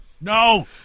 No